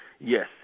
yes